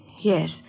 Yes